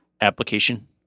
Application